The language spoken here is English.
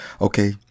Okay